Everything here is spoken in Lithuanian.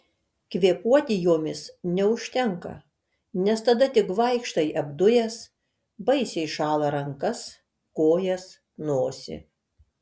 kvėpuoti jomis neužtenka nes tada tik vaikštai apdujęs baisiai šąla rankas kojas ir nosį